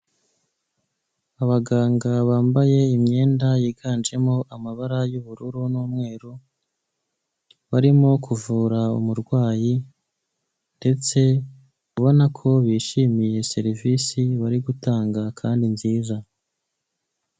Abaganga bambaye imyenda yiganjemo amabara y'ubururu n'umweru, barimo kuvura umurwayi ndetse ubona ko bishimiye serivisi bari gutanga kandi nziza.